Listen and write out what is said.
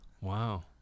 Wow